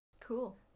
Cool